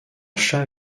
chat